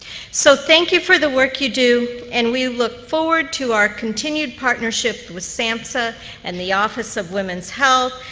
so thank you for the work you do, and we look forward to our continued partnership with samhsa and the office of women's health,